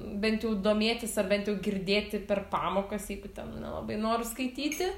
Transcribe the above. bent jau domėtis ar bent jau girdėti per pamokas jeigu ten nelabai noriu skaityti